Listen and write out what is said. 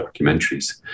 documentaries